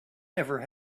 never